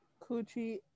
Coochie